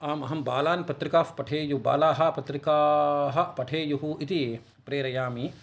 आम् अहं बालान् पत्रिकाः पठेयुः बालाः पत्रिकाः पठेयुः इति प्रेरयामि